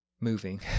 moving